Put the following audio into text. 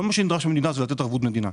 מה שנדרש זה לתת ערבות מדינה.